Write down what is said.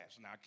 Now